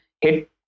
hit